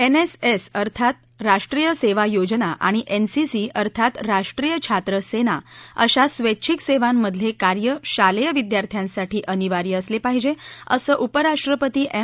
NSS अर्थात राष्ट्रीय सेवा योजना आणि एनसीसी अर्थात राष्ट्रीय छात्र सेना अशा स्वेच्छिक सेवांमधले कार्य शालेय विद्यार्थ्यांसाठी अनिवार्य असले पाहिजे असं उपराष्ट्रपती एम